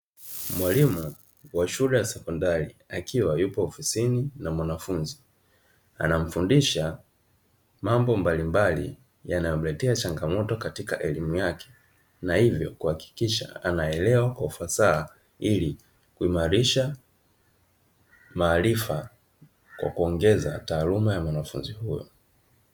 Mwalimu wa shule ya sekondari akiwa yupo ofisini na mwanafunzi, anamfundisha mambo mbalimbali yanayomletea changamoto katika elimu yake; na hivyo kuhakikisha anelewa kwa ufasaha ili kuimarisha maarifa kwa kuongeza taaluma ya mwanafunzi huyo.